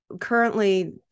currently